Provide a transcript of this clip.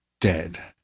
dead